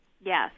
Yes